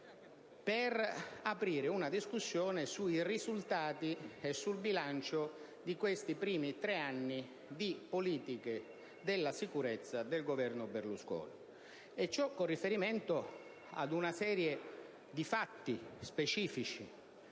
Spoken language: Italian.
per aprire una discussione sui risultati e fare un bilancio di questi primi tre anni di politiche della sicurezza del Governo Berlusconi, con riferimento ad una serie di fatti specifici